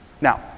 Now